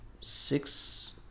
six